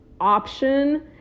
option